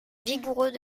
vigoureux